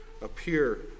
appear